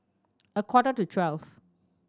a quarter to twelve